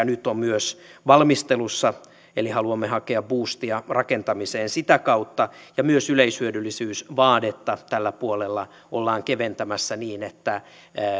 nyt on myös valmistelussa eli haluamme hakea buustia rakentamiseen sitä kautta ja myös yleishyödyllisyysvaadetta tällä puolella ollaan keventämässä niin että